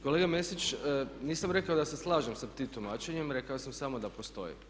Kolega Mesić, nisam rekao da se slažem sa tim tumačenjem, rekao sam samo da postoji.